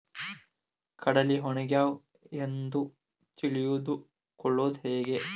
ಕಡಲಿ ಒಣಗ್ಯಾವು ಎಂದು ತಿಳಿದು ಕೊಳ್ಳೋದು ಹೇಗೆ?